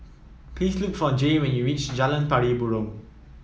please look for Jay when you reach Jalan Pari Burong